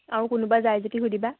আৰু কোনোবা যায় যদি সুধিবা